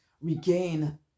regain